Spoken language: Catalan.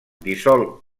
dissol